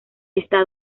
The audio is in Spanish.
está